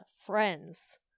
friends